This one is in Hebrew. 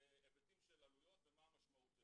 היבטים של עלויות ומה המשמעות של זה.